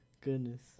Goodness